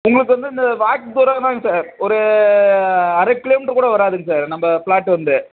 உங்களுக்கு வந்து இந்த வாக் தூரம் தாங்க சார் ஒரு அரை கிலோ மீட்ரு கூட வராதுங்க சார் நம்ம ஃப்ளாட் வந்து